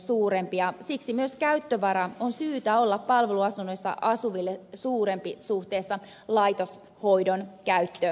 siksi myös käyttövaran on syytä olla palveluasunnoissa asuville suurempi suhteessa laitoshoidon käyttövaraan